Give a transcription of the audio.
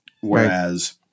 Whereas